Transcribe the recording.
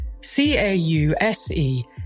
C-A-U-S-E